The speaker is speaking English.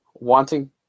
Wanting